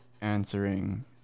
answering